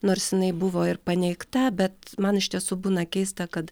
nors jinai buvo ir paneigta bet man iš tiesų būna keista kad